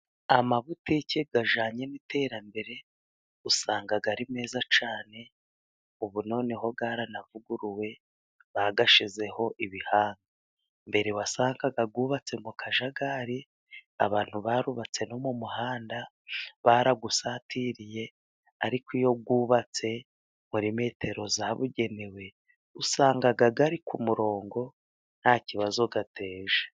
Amabutike ajyanye n'iterambere， usanga ari meza cyane， ubu noneho yaranavuguruwe，bayashyizeho ibihande，mbere wasangaga bubatse mu kajagari， abantu barubatse no mu muhanda，barawusatiriye，ariko iyo wubatse muri metero zabugenewe， usanga kari ku murongo，nta kibazo ateje.